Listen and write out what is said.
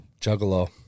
Juggalo